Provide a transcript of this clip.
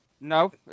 No